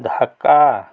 Dhaka